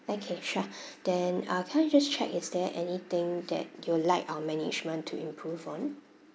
okay sure then uh can I just check is there anything that you would like our management to improve on